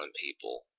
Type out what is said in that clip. people